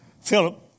Philip